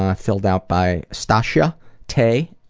ah filled out by stasha tay,